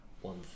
one